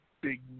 big